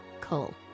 Cole